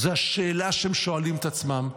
זו השאלה שהם שואלים את עצמם,